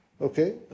Okay